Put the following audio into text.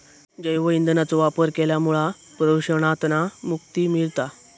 जैव ईंधनाचो वापर केल्यामुळा प्रदुषणातना मुक्ती मिळता